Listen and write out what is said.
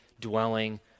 dwelling